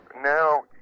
now